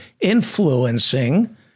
influencing